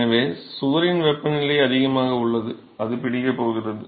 எனவே சுவரின் வெப்பநிலை அதிகமாக உள்ளது அது பிடிக்க போகிறது